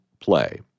play